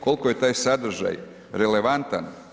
Koliko je taj sadržaj relevantan?